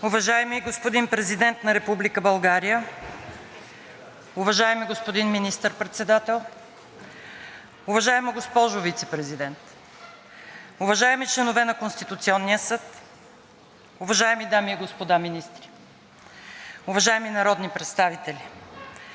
Уважаеми господин Президент на Република България, уважаеми господин Министър-председател, уважаема госпожо Вицепрезидент, уважаеми членове на Конституционния съд, уважаеми дами и господа министри, уважаеми народни представители!